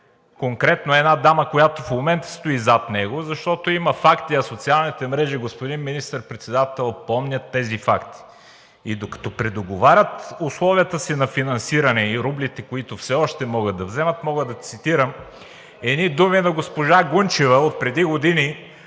конкретно една дама, която в момента стои зад него, защото има факти, а социалните мрежи, господин Министър-председател, помнят тези факти. И докато предоговорят условията си на финансиране и рублите, които все още могат да вземат, мога да цитирам едни думи на госпожа Гунчева отпреди години,